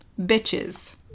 Bitches